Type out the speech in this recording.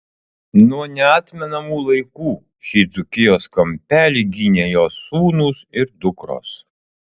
nuo neatmenamų laikų šį dzūkijos kampelį gynė jos sūnūs ir dukros